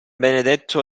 benedetto